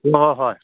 ꯑꯣ ꯍꯣꯏ